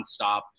nonstop